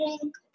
drink